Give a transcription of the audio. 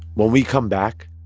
when we come back,